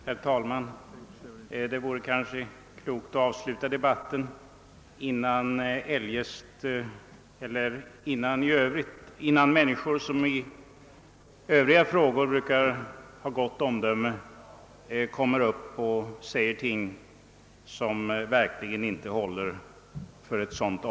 Herr talman! Det vore kanske klokt att avsluta den här debatten innan personer, som brukar visa gott omdöme, i denna fråga yttrar sig på ett sätt som jävar denna värdering.